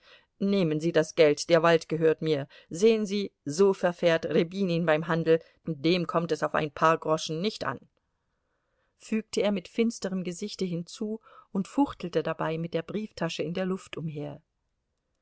nehmen sie das geld der wald gehört mir sehen sie so verfährt rjabinin beim handel dem kommt es auf ein paar groschen nicht an fügte er mit finsterem gesichte hinzu und fuchtelte dabei mit der brieftasche in der luft umher